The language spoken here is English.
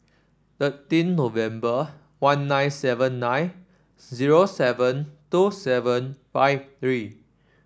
thirteen November one nine seven nine zero seven two seven five three